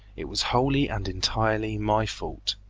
it was wholly and entirely my fault